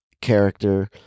character